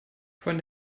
von